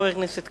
חבר הכנסת